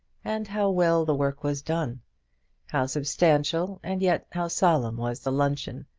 and how well the work was done how substantial and yet how solemn was the luncheon,